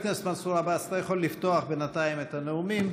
אתה יכול לפתוח בינתיים את הנאומים.